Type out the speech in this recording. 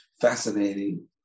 fascinating